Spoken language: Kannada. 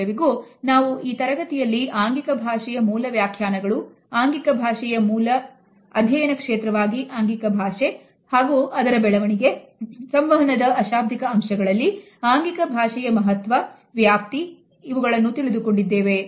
ಇದುವರೆಗೂ ನಾವು ಈ ತರಗತಿಯಲ್ಲಿ ಆಂಗಿಕ ಭಾಷೆಯ ಮೂಲ ವ್ಯಾಖ್ಯಾನಗಳು ಆಂಗಿಕ ಭಾಷೆಯ ಮೂಲ ಅಧ್ಯಯನ ಕ್ಷೇತ್ರವಾಗಿ ಆಂಗಿಕ ಭಾಷೆ ಹಾಗೂ ಅದರ ಬೆಳವಣಿಗೆ ಸಂವಹನದ ಅಶಾಬ್ದಿಕ ಅಂಶಗಳಲ್ಲಿ ಆಂಗಿಕ ಭಾಷೆಯ ಮಹತ್ವ ವ್ಯಾಪ್ತಿಯನ್ನು ತಿಳಿದುಕೊಂಡಿದ್ದೇವೆ